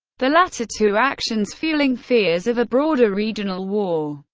the latter two actions fueling fears of a broader regional war.